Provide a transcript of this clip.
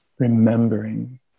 remembering